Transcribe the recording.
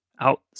Out